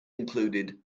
included